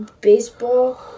baseball